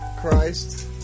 Christ